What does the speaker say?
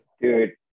Dude